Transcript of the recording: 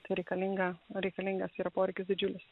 tai reikalinga nu reikalingas yra poreikis didžiulis